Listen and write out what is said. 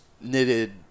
knitted